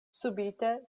subite